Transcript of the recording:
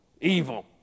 Evil